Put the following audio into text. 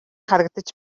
харагдаж